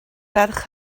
ferch